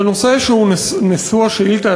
בנושא השאילתה,